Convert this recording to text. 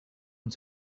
one